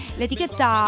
l'etichetta